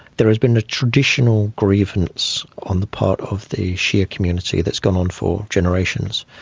there has been a traditional grievance on the part of the shia community that's gone on for generations,